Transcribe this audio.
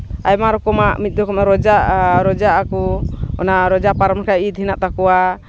ᱟᱭᱢᱟ ᱨᱚᱠᱚᱢᱟᱜ ᱨᱳᱡᱟ ᱨᱳᱡᱟᱜ ᱟᱠᱚ ᱚᱱᱟ ᱨᱳᱡᱟ ᱯᱟᱨᱚᱢ ᱞᱮᱱᱠᱷᱟᱡ ᱤᱫ ᱢᱮᱱᱟᱜ ᱛᱟᱠᱚᱣᱟ